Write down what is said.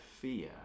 fear